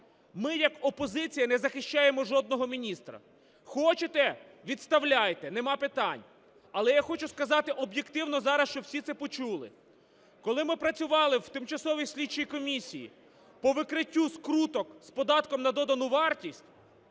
Ми як опозиція не захищаємо жодного міністра. Хочете – відставляйте, нема питань, але я хочу сказати об'єктивно зараз, щоб усі це почули. Коли ми працювали в Тимчасовій слідчій комісії по викриттю скруток з податком на додану вартість,